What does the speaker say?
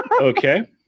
Okay